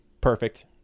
perfect